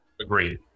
Agreed